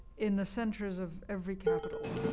in the centers of every capital